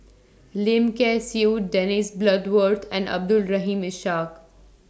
Lim Kay Siu Dennis Bloodworth and Abdul Rahim Ishak